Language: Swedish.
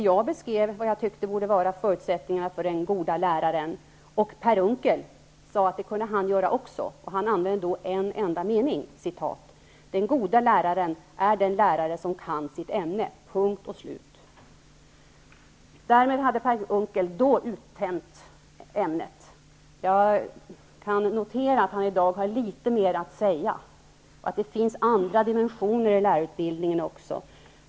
Jag beskrev då vad jag tyckte var förutsättningarna för den goda läraren, och Per Unckel sade att han kunde göra det också. Han gjorde det i en enda mening: ''Den goda läraren är den lärare som kan sitt ämne.'' Därmed hade Per Unckel uttömt ämnet. Jag kan notera att han i dag har litet mera att säga, att han medger att det finns andra dimensioner i lärarutbidningen också.